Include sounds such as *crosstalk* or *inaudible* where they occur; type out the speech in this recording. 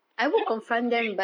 *laughs*